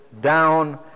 down